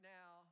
now